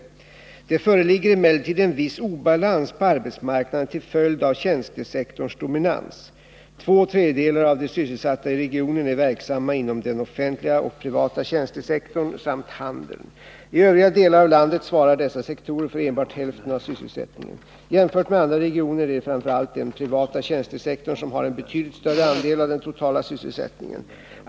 Det föreligger emellertid en viss obalans på arbetsmarknaden till följd av tjänstesektorns dominans. Två tredjedelar av de sysselsatta i regionen är verksamma inom den offentliga och privata tjänstesektorn samt handeln. I övriga delar av landet svarar dessa sektorer för enbart hälften av sysselsättningen. Jämfört med andra regioner är det framför allt den privata tjänstesektorn som har en betydligt större andel av den totala sysselsättningen.